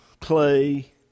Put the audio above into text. clay